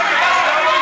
זה מה שביקשת,